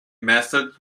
method